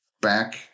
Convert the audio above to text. back